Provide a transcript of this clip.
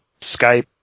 Skype